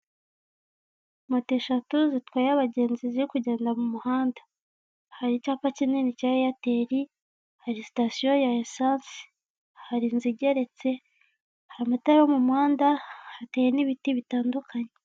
Mot eshatu zitwaye abagenzi ziri kugenda mu muhanda. Hari icyapa kinini cya Airtel, hari sitasiyo ya esanse, hari inzu igeretse, hari amatara yo mu muhanda hateye n'ibiti bitandukanye.